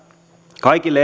kaikille